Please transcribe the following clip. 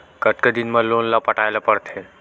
कतका दिन मा लोन ला पटाय ला पढ़ते?